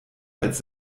als